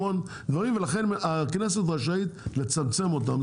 המון דברים ולכן הכנסת רשאית לצמצם אותם.